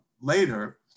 later